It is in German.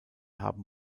haben